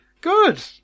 Good